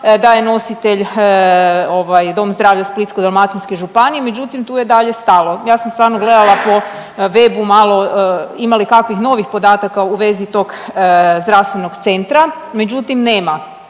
da je nositelj ovaj Dom zdravlja Splitsko-dalmatinske županije, međutim tu je dalje stalo. Ja sam stvarno gledala po webu malo ima li kakvih novih podataka u vezi tog Zdravstvenog centra, međutim nema.